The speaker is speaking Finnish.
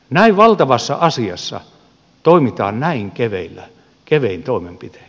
näin valtavassa asiassa toimitaan näin kevein toimenpitein